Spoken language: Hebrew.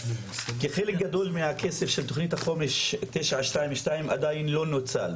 חלק גדול מהכסף של תוכנית החומש 922 עדיין לא נוצל.